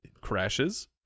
crashes